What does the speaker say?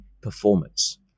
performance